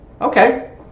Okay